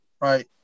Right